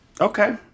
Okay